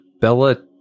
Bella